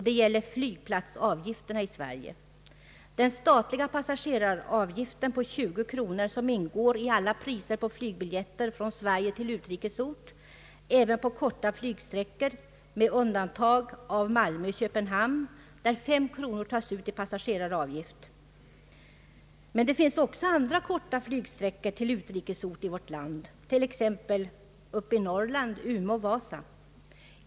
Det gäller flygplatsavgifterna i Sverige. Den statliga passageraravgiften på 20 kronor ingår i alla priser på flygbiljetter från Sverige till utrikes ort — även på korta flygsträckor med undantag av sträckan Malmö— Köpenhamn, där 5 kronor tas ut i passageraravgift. Men det finns också andra korta flygsträckor till utrikes ort, t.ex. uppe i Norrland sträckan Umeå—Vasa.